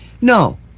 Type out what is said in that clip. no